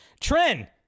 Tren